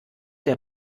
der